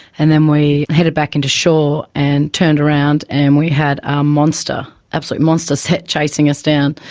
and then we headed back into shore and turned around and we had a monster absolute monster set chasing us down.